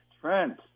Trent